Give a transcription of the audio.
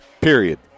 Period